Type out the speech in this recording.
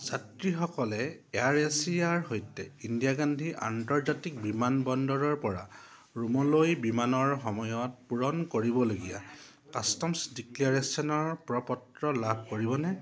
যাত্ৰীসকলে এয়াৰ এছিয়াৰ সৈতে ইন্দিৰা গান্ধী আন্তৰ্জাতিক বিমানবন্দৰৰপৰা ৰোমলৈ বিমানৰ সময়ত পূৰণ কৰিবলগীয়া কাষ্টমছ ডিক্লেয়াৰেশ্যনৰ প্ৰ পত্ৰ লাভ কৰিবনে